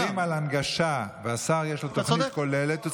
כשמדברים על הנגשה ולשר יש תוכנית כוללת,